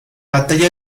batalla